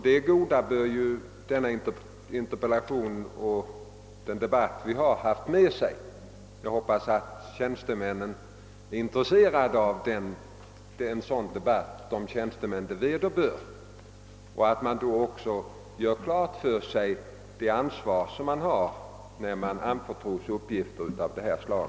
Det goda bör emellertid denna interpellationsdebatt föra med sig att vederbörande tjänstemän som tar del av debatten verkligen får klart för sig vilket ansvar de har när de får sig anförtrodda uppgifter av detta slag.